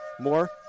More